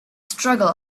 struggle